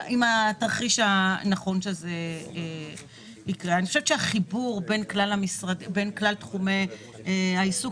אני חושבת שהחיבור בין כלל תחומי העיסוק